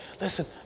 Listen